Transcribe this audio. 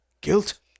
Guilt